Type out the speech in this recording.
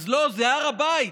אז לא, זה הר הבית.